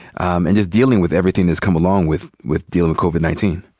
and just dealing with everything that's come along with with dealing with covid nineteen?